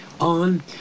on